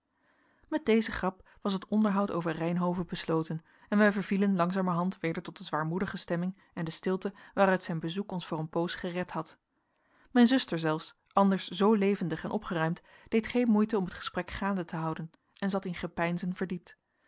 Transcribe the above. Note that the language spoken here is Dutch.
met deze grap was het onderhoud over reynhove besloten en wij vervielen langzamerhand weder tot de zwaarmoedige stemming en de stilte waaruit zijn bezoek ons voor een poos gered had mijn zuster zelfs anders zoo levendig en opgeruimd deed geen moeite om het gesprek gaande te houden en zat in gepeinzen verdiept